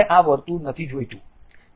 હવે મને આ વર્તુળ નથી જોઈતું